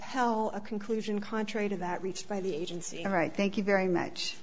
el a conclusion contrary to that reached by the agency all right thank you very much